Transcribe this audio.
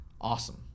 awesome